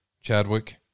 Chadwick